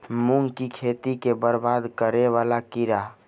मूंग की खेती केँ बरबाद करे वला कीड़ा?